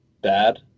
bad